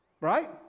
right